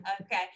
Okay